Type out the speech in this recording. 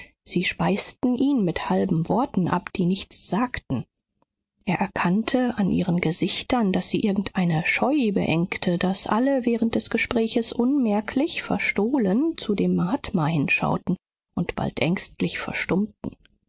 sie speisten ihn mit halben worten ab die nichts sagten er erkannte an ihren gesichtern daß sie irgendeine scheu beengte daß alle während des gespräches unmerklich verstohlen zu dem mahatma hinschauten und bald ängstlich verstummten